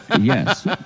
Yes